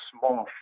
small